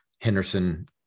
Henderson